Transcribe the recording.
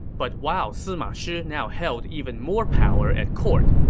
but while sima shi now held even more power at court,